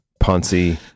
Ponzi